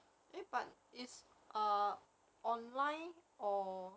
eh but it's uh online or